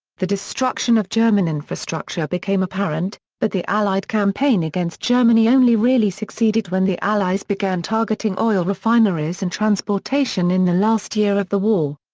the destruction of german infrastructure became apparent, but the allied campaign against germany only really succeeded when the allies began targeting oil refineries and transportation in the last year of the war.